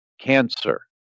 cancer